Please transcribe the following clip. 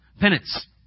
penance